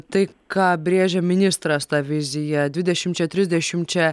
tai ką brėžia ministras tą viziją dvidešimčia trisdešimčia